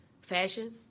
fashion